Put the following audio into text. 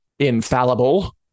infallible